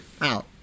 out